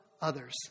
others